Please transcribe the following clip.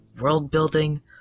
world-building